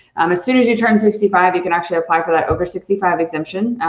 um as soon as you turn sixty five, you can actually apply for that over sixty five exemption.